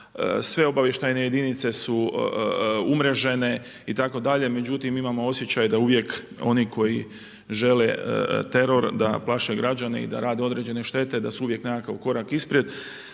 sve obavještajne jedinice su umrežene, itd. Međutim, mi imamo osjećaj da uvijek oni koji žele teror da plaše građane i da rade određene štete, da su uvijek nekako korak ispred,